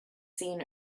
seen